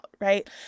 right